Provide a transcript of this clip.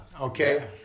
Okay